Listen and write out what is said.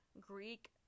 Greek